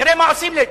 תראה מה עושים לי.